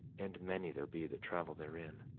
and many there be that travel therein,